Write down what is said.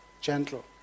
Gentle